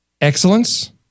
excellence